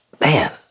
Man